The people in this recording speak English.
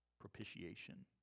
Propitiation